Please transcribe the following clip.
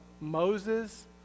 Moses